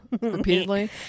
repeatedly